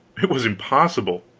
it was impossible.